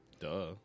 Duh